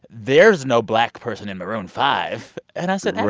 there's no black person in maroon five. and i said.